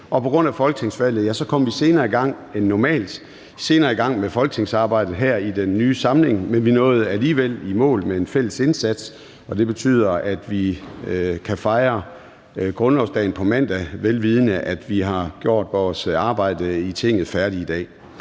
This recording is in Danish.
på grund af folketingsvalget kom vi senere i gang end normalt med folketingsarbejdet her i den nye samling. Men vi nåede alligevel i mål ved en fælles indsats. Det betyder, at vi kan fejre grundlovsdag på mandag, vel vidende at vi har gjort vores arbejde i Tinget færdig i dag.